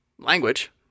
Language